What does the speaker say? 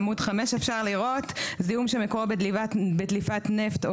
בעמוד 5 אפשר לראות: "זיהום שמקורו בדליפת נפט או